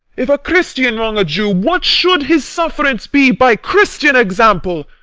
if a christian wrong a jew, what should his sufferance be by christian example?